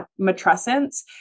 matrescence